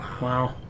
Wow